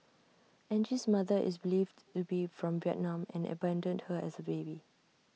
Angie's mother is believed to be from Vietnam and abandoned her as A baby